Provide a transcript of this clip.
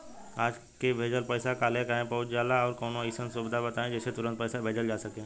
आज के भेजल पैसा कालहे काहे पहुचेला और कौनों अइसन सुविधा बताई जेसे तुरंते पैसा भेजल जा सके?